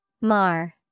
Mar